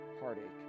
heartache